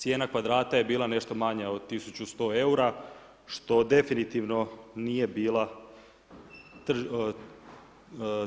Cijena kvadrata je bila nešto manja od 1100 eura, što definitivno nije bila